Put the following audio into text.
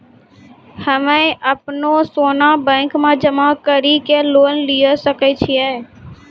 हम्मय अपनो सोना बैंक मे जमा कड़ी के लोन लिये सकय छियै?